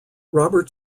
robert